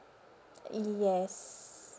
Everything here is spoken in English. yes